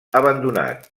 abandonat